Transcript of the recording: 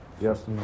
Yes